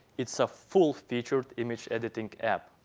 it's a full featured image editing app.